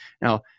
Now